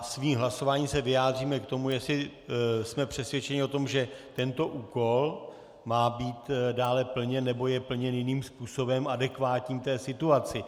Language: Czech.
Svým hlasováním se vyjádříme k tomu, jestli jsme přesvědčeni o tom, že tento úkol má být dále plněn, nebo je plněn jiným způsobem, adekvátním té situaci.